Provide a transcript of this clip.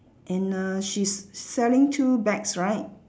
and she's selling two bags right